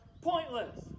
pointless